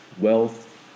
wealth